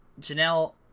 Janelle